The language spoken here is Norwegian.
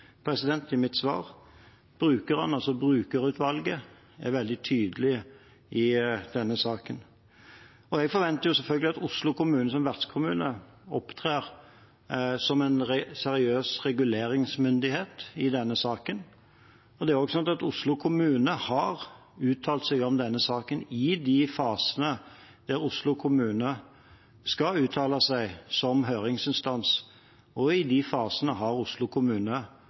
i mitt svar: Brukerne, altså brukerutvalget, er veldig tydelige i denne saken. Jeg forventer selvfølgelig at Oslo kommune, som vertskommune, opptrer som en seriøs reguleringsmyndighet i denne saken. Oslo kommune har uttalt seg om denne saken i de fasene der Oslo kommune skal uttale seg som høringsinstans, og i de fasene har Oslo kommune